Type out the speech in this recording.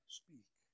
speak